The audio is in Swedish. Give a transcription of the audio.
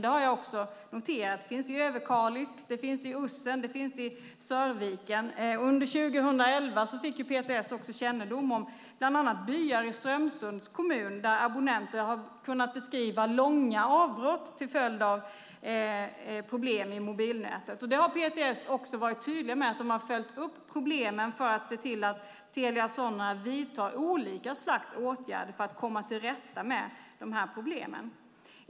Det har jag också noterat. Det finns i Överkalix, Ursen och Sörviken. Under 2011 fick PTS också kännedom om bland annat byar i Strömsunds kommun där abonnenter har kunnat beskriva långa avbrott till följd av problem i mobilnätet. PTS har varit tydlig med att man har följt upp problemen för att se till att Telia Sonera vidtar olika slags åtgärder för att komma till rätta med dessa problem.